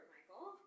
Michael